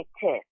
test